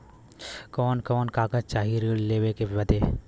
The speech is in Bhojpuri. कवन कवन कागज चाही ऋण लेवे बदे?